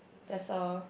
there's a